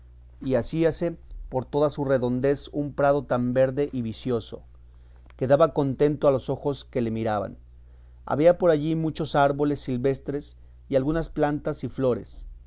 y hacíase por toda su redondez un prado tan verde y vicioso que daba contento a los ojos que le miraban había por allí muchos árboles silvestres y algunas plantas y flores